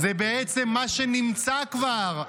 זה בעצם מה שנמצא כבר,